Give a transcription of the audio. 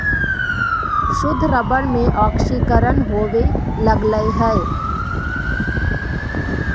शुद्ध रबर में ऑक्सीकरण होवे लगऽ हई